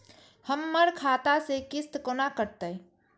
हमर खाता से किस्त कोना कटतै?